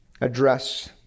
address